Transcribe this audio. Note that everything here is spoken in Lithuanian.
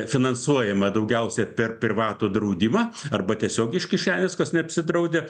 finansuojama daugiausia per privatų draudimą arba tiesiog iš kišenės kas neapsidraudę